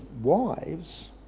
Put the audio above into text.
wives